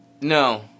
no